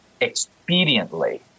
expediently